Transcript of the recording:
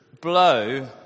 blow